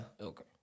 Okay